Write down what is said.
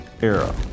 era